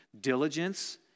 Diligence